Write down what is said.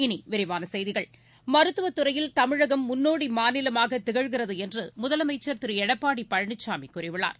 இனிவிரிவானசெய்திகள் மருத்துவத்துறையில் தமிழகம் முன்னோடிமாநிலமாகதிகழ்கிறதுஎன்றுமுதலமைச்சர் திருஎடப்பாடிபழனிசாமிகூறியுள்ளார்